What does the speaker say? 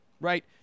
Right